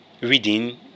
reading